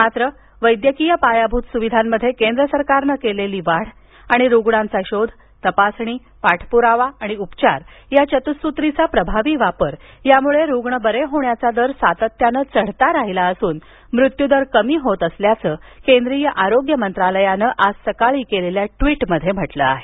मात्र वैद्यकीय पायाभूत सुविधांमध्ये केंद्र सरकारनं केलेली वाढ आणि रुग्णांचा शोध तपासणी पाठपुरावा आणि उपचार या चतुःसूत्रीचा प्रभावी वापर यामुळे रुग्ण बरे होण्याचा दर सातत्यानं चढता राहिला असून मृत्युदर कमी होत असल्याचं केंद्रीय आरोग्य मंत्रालयानं आज सकाळी केलेल्या ट्वीटमध्ये म्हटलं आहे